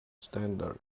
standard